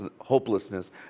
hopelessness